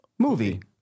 Movie